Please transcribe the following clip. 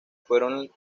fueron